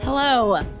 Hello